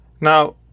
Now